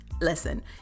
listen